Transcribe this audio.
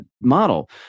model